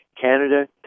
Canada